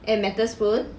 and metal spoon